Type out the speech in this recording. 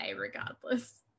regardless